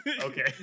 Okay